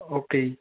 okay ਜੀ